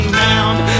bound